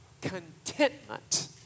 contentment